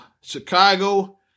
chicago